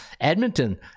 Edmonton